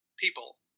people